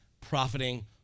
Profiting